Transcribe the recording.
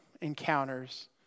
encounters